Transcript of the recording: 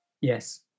yes